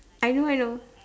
I know I know